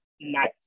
nice